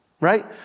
right